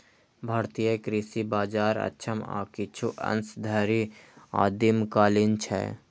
भारतीय कृषि बाजार अक्षम आ किछु अंश धरि आदिम कालीन छै